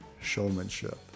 showmanship